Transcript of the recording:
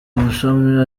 amashami